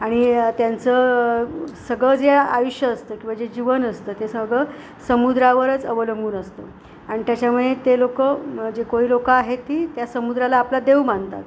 आणि त्यांचं सगळं जे आयुष्य असतं किंवा जे जीवन असतं ते सगळं समुद्रावरच अवलंबून असतं आणि त्याच्यामुळे ते लोकं जे कोळी लोकं आहेत ती त्या समुद्राला आपला देव मानतात